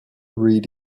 read